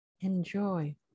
Enjoy